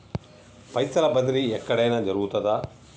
పైసల బదిలీ ఎక్కడయిన జరుగుతదా?